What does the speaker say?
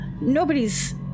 Nobody's